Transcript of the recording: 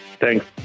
Thanks